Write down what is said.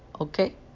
Okay